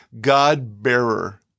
God-bearer